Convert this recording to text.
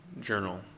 journal